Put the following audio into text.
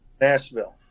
Nashville